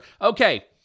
Okay